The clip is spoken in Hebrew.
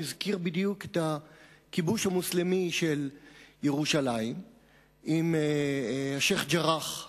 הוא הזכיר בדיוק את הכיבוש המוסלמי של ירושלים עם השיח' ג'ראח,